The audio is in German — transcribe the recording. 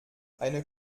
eine